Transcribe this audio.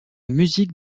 musique